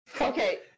Okay